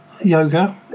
yoga